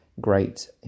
great